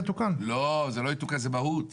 לא, זה לא יתוקן, זה מהות.